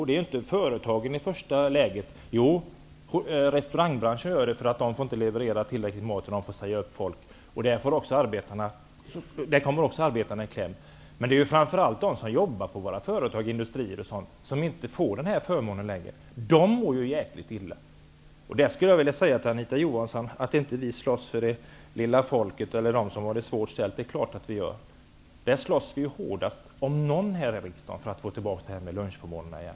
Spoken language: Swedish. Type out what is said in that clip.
Det är inte i första hand företagen -- jo, företagen i restaurangbranschen, eftersom de inte får leverera tillräckligt mycket mat och därför får säga upp folk; där kommer arbetarna också i kläm. Men det gör framför allt de som jobbar på företag, industrier, och liknande och som inte längre får den här förmånen. De mår ju jäkligt illa. Anita Johansson sade att vi inte slåss för småfolket eller för dem som har det dåligt ställt. Det är klart att vi gör. Vi slåss ju hårdast av alla här i riksdagen för att få tillbaka lunchförmånerna igen.